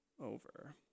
Over